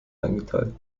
eingeteilt